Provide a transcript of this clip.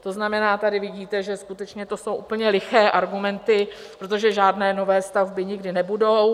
To znamená, tady vidíte, že skutečně to jsou úplně liché argumenty, protože žádné nové stavby nikdy nebudou.